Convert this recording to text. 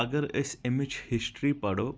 اگر أسۍ امِچ ہسٹری پرو